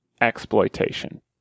exploitation